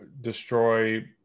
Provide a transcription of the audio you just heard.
destroy